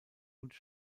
und